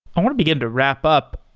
i want to begin to wrap up.